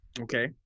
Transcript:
Okay